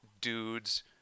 dudes